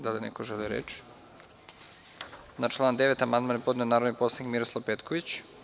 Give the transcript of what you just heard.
Da li neko želi reč? (Ne) Na član 9. amandman je podneo narodni poslanik Miroslav Petković.